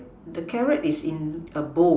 the carrot is in a bowl